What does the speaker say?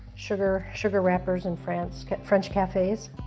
sugar sugar wrappers in france french cafes.